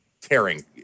tearing